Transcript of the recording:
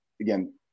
again